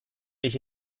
ich